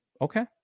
Okay